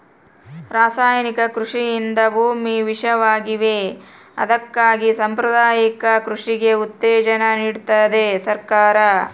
ರಾಸಾಯನಿಕ ಕೃಷಿಯಿಂದ ಭೂಮಿ ವಿಷವಾಗಿವೆ ಅದಕ್ಕಾಗಿ ಸಾಂಪ್ರದಾಯಿಕ ಕೃಷಿಗೆ ಉತ್ತೇಜನ ನೀಡ್ತಿದೆ ಸರ್ಕಾರ